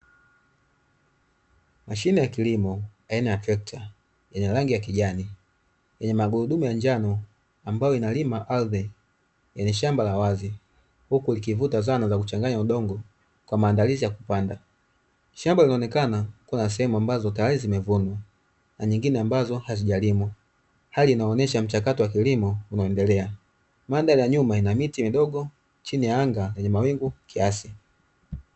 Mashine ya kilimo aina ya trecta lenye rangi ya kijani yenye magurudumu ya njano ambayo inalima ardhi yenye shamba la wazi huku ikivuta zana za kuchanganya udongo kwa maandalizi ya kupanda shamba linaonekana kuna sehemu ambazo tayari zimevunwa na nyingine ambazo hazijalimwa hali inaonesha mchakato wa kilimo unaendelea, mandhari ya nyuma ina miti midogo chini ya anga kwenye mawingu kiasi.